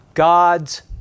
God's